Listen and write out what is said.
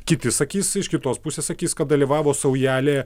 kiti sakys iš kitos pusės sakys kad dalyvavo saujelė